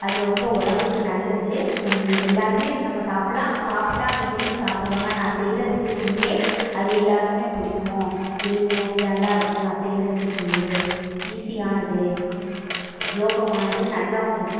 அது ரொம்ப உடம்புக்கு நல்லது நம் எல்லோருமே அது நம்ம சாப்பிட்லாம் சாப்பிட்டா அதை விரும்பி சாப்பிடுவாங்க நான் செய்கிற ரெசிபிலேயே அது எல்லோருக்குமே பிடிக்கும் இது ந இது நல்லா இருக்கும் நான் செய்கிற ரெசிபிலேயே ஈசியானது சுலபமானது நல்லாவும் இருக்கும்